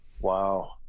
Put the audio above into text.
Wow